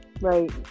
right